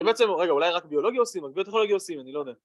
ובעצם, רגע, אולי רק ביולוגיה עושים, או ביוטכנולוגיה עושים? אני לא יודע